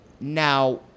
Now